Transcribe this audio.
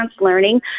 learning